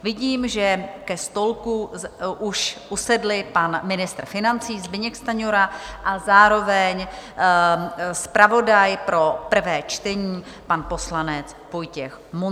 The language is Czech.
Vidím, že u stolku už usedli pan ministr financí Zbyněk Stanjura a zároveň zpravodaj pro prvé čtení, pan poslanec Vojtěch Munzar.